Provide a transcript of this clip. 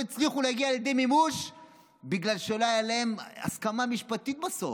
הצליחו להגיע לידי מימוש בגלל שלא הייתה להם הסכמה משפטית בסוף.